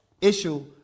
issue